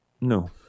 no